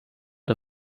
der